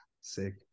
Sick